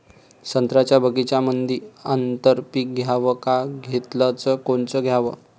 संत्र्याच्या बगीच्यामंदी आंतर पीक घ्याव का घेतलं च कोनचं घ्याव?